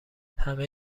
همه